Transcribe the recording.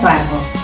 Bible